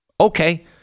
Okay